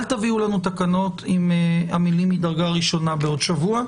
אל תביאו לנו תקנות עם המילים "מדרגה ראשונה" בעוד שבוע,